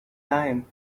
time